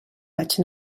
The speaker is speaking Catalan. vaig